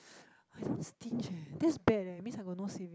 I don't stinge eh this is bad eh means I got no saving